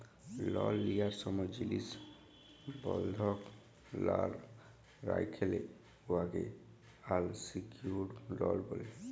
লল লিয়ার ছময় জিলিস বল্ধক লা রাইখলে উয়াকে আলসিকিউর্ড লল ব্যলে